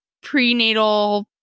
prenatal